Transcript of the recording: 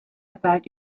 about